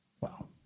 Wow